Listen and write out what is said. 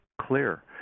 clear